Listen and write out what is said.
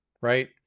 Right